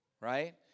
right